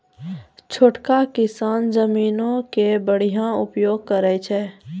छोटका किसान जमीनो के बढ़िया उपयोग करै छै